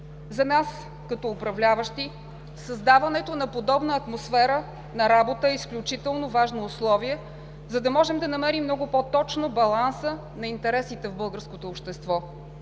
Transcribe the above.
За нас като управляващи създаването на подобна атмосфера на работа е изключително важно условие, за да можем да намерим много по-точно баланса на интересите в българското общество.